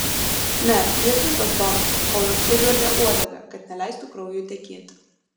ne jos visos tokios kol joms užveržia uodegą kad neleistų kraujui tekėti